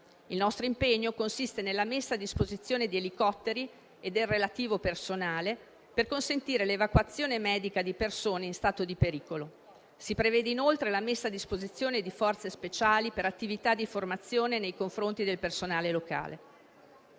Il nostro impegno consiste nella messa a disposizione di elicotteri e del relativo personale, per consentire l'evacuazione medica di persone in stato di pericolo. Si prevede inoltre la messa a disposizione di forze speciali, per attività di formazione nei confronti del personale locale.